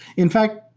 in fact,